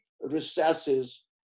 recesses